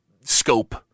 scope